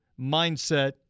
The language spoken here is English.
mindset